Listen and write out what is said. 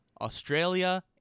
Australia